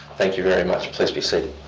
thank you very much. please be seated.